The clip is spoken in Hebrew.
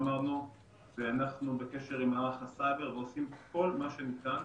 אנחנו בקשר עם מערך הסייבר ועושים כל מה שניתן